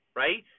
right